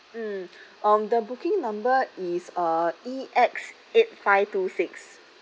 mm um the booking number is uh E X eight five two six